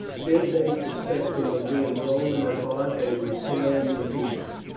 did they suspect him of being roman at heart they would tear him in pieces.